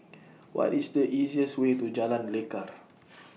What IS The easiest Way to Jalan Lekar